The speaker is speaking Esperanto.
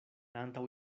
antaŭ